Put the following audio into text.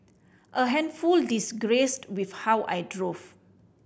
a handful disagreed with how I drove